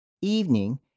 evening